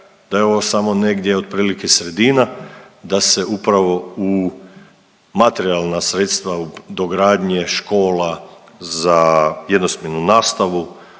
Da je ovo samo negdje, otprilike sredina, da se upravo u materijalna sredstva dogradnje škola za jednosmjernu nastavu,